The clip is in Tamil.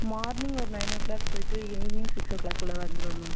மார்னிங் ஒரு நைன் ஓ க்ளாக் போய்விட்டு ஈவினிங் சிக்ஸ் ஓ க்ளாக்குள்ளே வந்துருவோம் மேம்